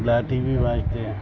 لاٹھی بھی بھانجتے ہیں